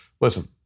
Listen